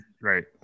Right